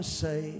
say